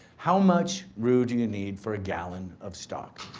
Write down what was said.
how much roux do you need for a gallon of stock?